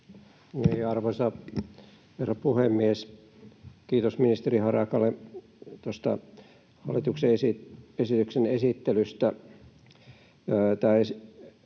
Arvoisa herra puhemies! Kiitos ministeri Harakalle tuosta hallituksen esityksen esittelystä.